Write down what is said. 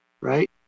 right